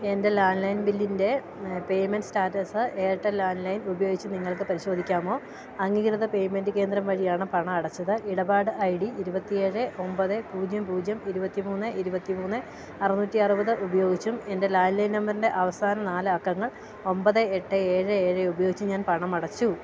എൻ്റെ landline ബില്ലിൻ്റെ payment status Airtel landline ഉപയോഗിച്ച് നിങ്ങൾക്ക് പരിശോധിക്കാമോ അംഗീകൃത പേയ്മെൻറ്റ് കേന്ദ്രം വഴിയാണ് പണം അടച്ചത് ഇടപാട് ഐ ഡി ഇരുപത്തി എസ്ജ് ഒമ്പത് പൂജ്യം പൂജ്യം ഇരുപത്തി മൂന്ന് ഇരുപത്തി മൂന്ന് അറുന്നൂറ്റി അറുപത് ഉപയോഗിച്ചും എൻ്റെ ലാൻഡ് ലൈൻ നമ്പറിൻ്റെ അവസാന നാല് അക്കങ്ങൾ ഒമ്പത് എട്ട് ഏഴ് ഏഴ് ഉപയോഗിച്ച് ഞാൻ പണമടച്ചു